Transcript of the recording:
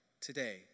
today